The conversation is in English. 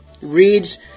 reads